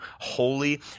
holy